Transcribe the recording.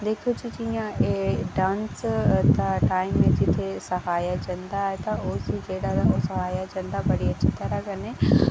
ते दिक्खो जी जियां एह् डांस दा टाईम ऐ ते एह् जेह्ड़ा सखाया जंदा ते एह् सखाया जंदा बड़ी अच्छी तरह कन्नै